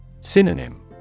Synonym